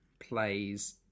Plays